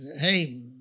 Hey